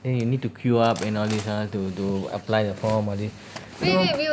then you need to queue up and all this all to to apply the form all this so